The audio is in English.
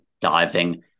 diving